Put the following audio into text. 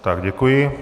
Tak děkuji.